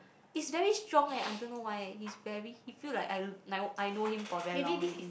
it's very strong eh I don't know why eh it's very he feel like I know him for very long already